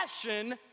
passion